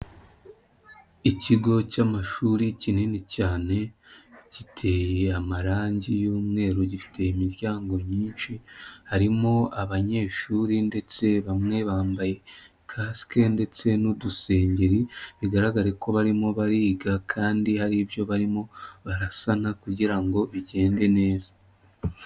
Ikigo cy'amashuri kinini cyane giteye amarangi y'umweru, gifite imiryango myinshi, harimo abanyeshuri ndetse bamwe bambaye kasike ndetse n'udusengeri bigaragare ko barimo bariga kandi hari ibyo barimo barasana kugira ngo bigende neza.